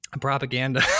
propaganda